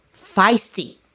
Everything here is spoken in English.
Feisty